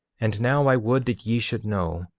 and now i would that ye should know,